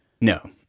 No